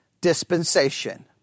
dispensation